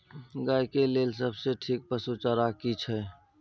गाय के लेल सबसे ठीक पसु चारा की छै?